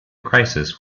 crisis